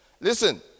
Listen